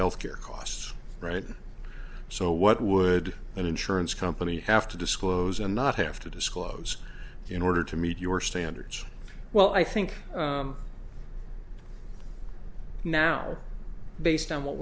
health care costs right so what would an insurance company have to disclose and not have to disclose in order to meet your standards well i think now based on what